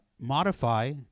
modify